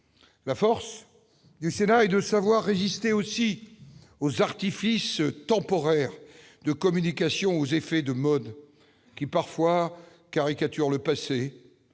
La force du Sénat est aussi de savoir résister aux artifices temporaires de communication ou aux effets de mode qui parfois caricaturent le passé,